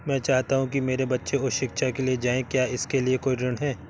मैं चाहता हूँ कि मेरे बच्चे उच्च शिक्षा के लिए जाएं क्या इसके लिए कोई ऋण है?